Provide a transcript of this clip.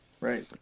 Right